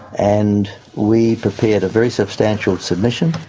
and we prepared a very substantial submission.